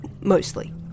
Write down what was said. Mostly